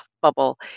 bubble